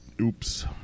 Oops